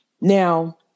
now